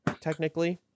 technically